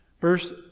Verse